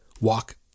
Walk